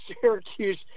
Syracuse